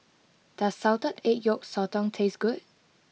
does Salted Egg Yolk Sotong taste good